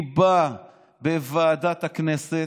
גב' זילבר היא באה לוועדת הכנסת,